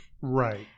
Right